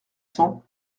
cent